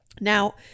Now